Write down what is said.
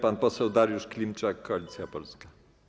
Pan poseł Dariusz Klimczak, Koalicja Polska.